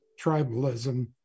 tribalism